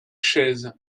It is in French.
chaises